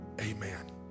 Amen